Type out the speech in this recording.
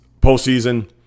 postseason